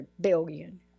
billion